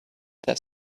their